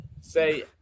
say